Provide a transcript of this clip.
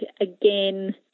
again